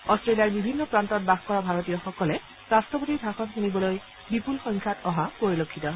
অট্টেলিয়াৰ বিভিন্ন প্ৰান্তত বাস কৰা ভাৰতীয়সকলে ৰট্টপতিৰ ভাষণ শুনিবলৈ বিপুল সংখ্যাত অহা পৰিলক্ষিত হয়